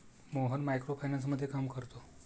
Mohan micro फायनान्समध्ये काम करतो